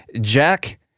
Jack